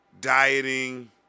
dieting